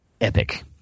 epic